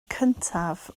cyntaf